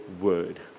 word